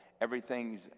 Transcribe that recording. everything's